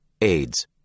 AIDS